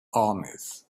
armies